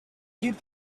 keep